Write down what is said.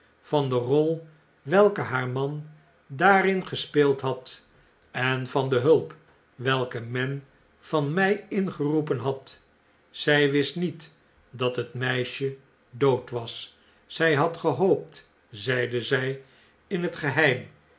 van de rol welke haar man daarin gespeeld had en van de hulp welke men van mij ingeroepen had zy wist niet dat het meisje dood was zjj had gehoopt zeide zij in het geheim